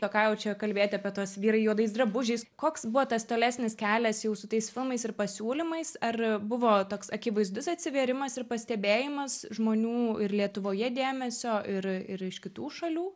o ką jaučia kalbėti apie tuos vyrai juodais drabužiais koks buvo tas tolesnis kelias jau su tais filmais ir pasiūlymais ar buvo toks akivaizdus atsivėrimas ir pastebėjimas žmonių ir lietuvoje dėmesio ir ir iš kitų šalių